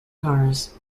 cars